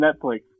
Netflix